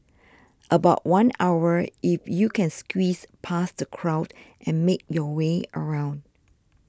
about one hour if you can squeeze past the crowd and make your way around